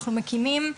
אנחנו מקימים,